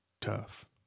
tough